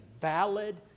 valid